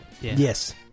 Yes